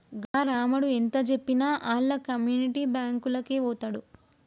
గా రామడు ఎంతజెప్పినా ఆళ్ల కమ్యునిటీ బాంకులకే వోతడు